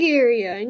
area